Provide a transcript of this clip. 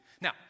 Now